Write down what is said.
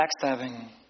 backstabbing